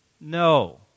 no